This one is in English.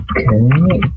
Okay